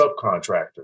subcontractors